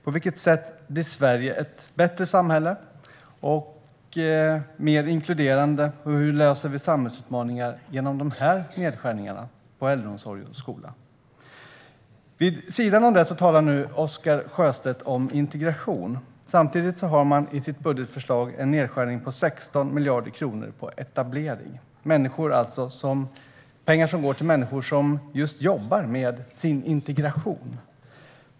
På vilket sätt blir Sverige ett bättre och mer inkluderande samhälle och hur löser vi samhällsutmaningarna genom de här nedskärningarna på äldreomsorg och skola? Vid sidan av det talar Oscar Sjöstedt om integration. Samtidigt har Sverigedemokraterna i sitt budgetförslag en nedskärning på 16 miljarder kronor på etablering, alltså på pengar som går till människor som jobbar med sin integration.